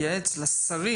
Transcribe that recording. לייעץ לשרים,